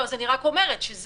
אני רק אומרת,